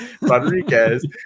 Rodriguez